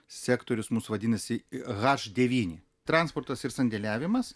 sektorius mūsų vadinasi haš devyni transportas ir sandėliavimas